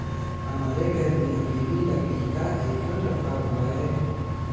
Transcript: हमारे घर में अभी भी लकड़ी का एक हल रखा हुआ है